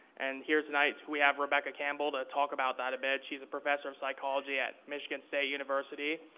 and here tonight we have rebecca campbell to talk about that a bit. she's a professor of psychology at michigan state university.